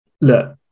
Look